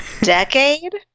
decade